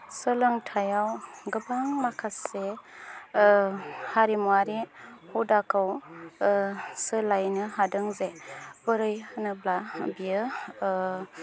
सोलोंथाइयाव गोबां माखासे हारिमुवारि हुदाखौ सोलायनो हादों जे बोरै होनोब्ला बियो